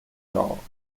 law